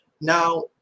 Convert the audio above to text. Now